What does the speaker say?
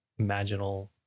imaginal